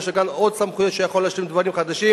ויש לו כאן עוד סמכויות של דברים חדשים.